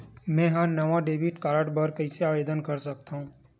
मेंहा नवा debit card बर कैसे आवेदन कर सकथव?